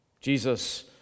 Jesus